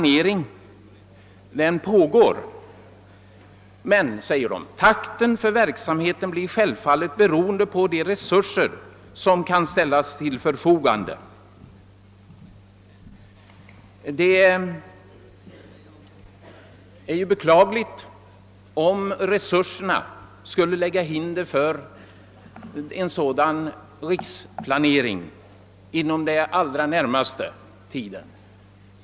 Men man förklarar sedan att takten i verksamheten självfallet blir beroende på de resurser som ställes till förfogande. Det är ju beklagligt, om resurserna skulle lägga hinder i vägen för en sådan riksplanering inom den närmaste tiden.